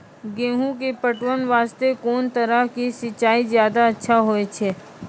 गेहूँ के पटवन वास्ते कोंन तरह के सिंचाई ज्यादा अच्छा होय छै?